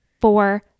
four